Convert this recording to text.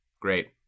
Great